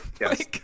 yes